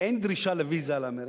אין דרישה לוויזה לאמריקה,